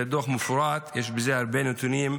זה דוח מפורט, יש בו הרבה נתונים,